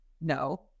no